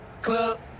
club